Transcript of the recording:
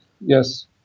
Yes